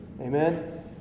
Amen